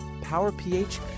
Power-PH